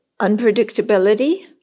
unpredictability